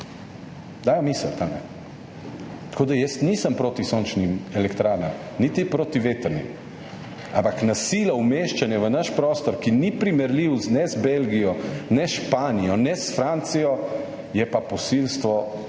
kaj misliti ali ne? Jaz nisem proti sončnim elektrarnam, niti proti vetrnim, ampak na silo umeščati v naš prostor, ki ni primerljiv ne z Belgijo, ne s Španijo, ne s Francijo, je pa posilstvo